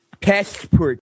Passport